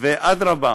נמצא בבני-ברק,